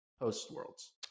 post-worlds